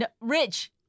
Rich